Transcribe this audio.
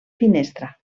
finestra